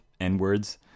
n-words